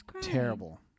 terrible